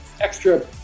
extra